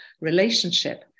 relationship